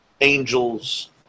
angels